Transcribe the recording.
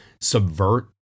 subvert